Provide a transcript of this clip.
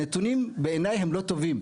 הנתונים הם, בעיני, לא טובים.